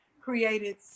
created